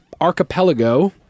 archipelago